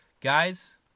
Guys